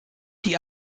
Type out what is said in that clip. die